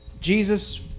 Jesus